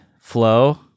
flow